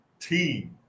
team